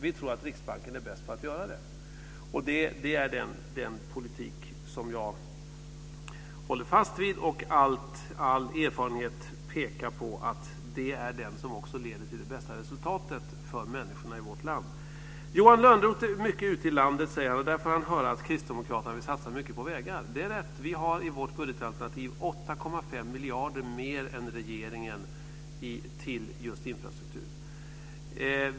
Vi tror att Riksbanken är bäst på att göra det. Det är den politik som jag håller fast vid. All erfarenhet pekar på att det är den som också leder till det bästa resultatet för människorna i vårt land. Johan Lönnroth är mycket ute i landet, säger han. Där får han höra att kristdemokraterna vill satsa mycket på vägar. Det är rätt. Vi har i vårt budgetalternativ 8,5 miljarder mer än regeringen till just infrastruktur.